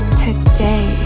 today